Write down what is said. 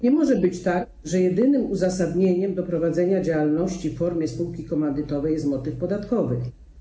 Nie może być tak, że jedynym uzasadnieniem prowadzenia działalności w formie spółki komandytowej jest motyw podatkowy.